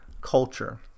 culture